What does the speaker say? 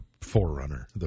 forerunner